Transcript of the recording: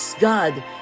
God